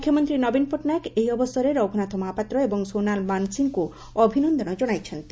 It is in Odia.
ମୁଖ୍ୟମନ୍ତୀ ନବୀନ ପଟ୍ଟନାୟକ ଏହି ଅବସରରେ ରଘୁନାଥ ମହାପାତ୍ର ଏବଂ ସୋନାଲ ମାନସିଂଙ୍କୁ ଅଭିନନ୍ଦନ ଜଣାଇଛନ୍ତି